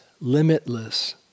limitless